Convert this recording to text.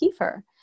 Kiefer